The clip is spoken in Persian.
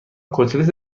کتلت